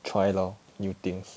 try lor new things